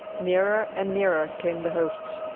nearer and nearer came the hosts,